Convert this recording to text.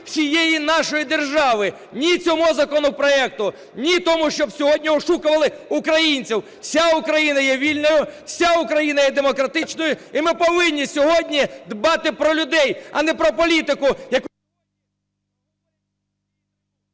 всієї нашої держави. "Ні" – цьому законопроекту! "Ні" – тому, щоб сьогодні ошукували українців! Вся Україна є вільною, вся Україна є демократичною, і ми повинні сьогодні дбати про людей, а не про політику…